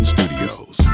Studios